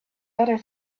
other